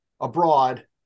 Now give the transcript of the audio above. abroad